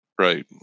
Right